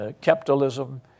capitalism